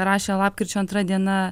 rašė lapkričio antra diena